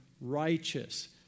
righteous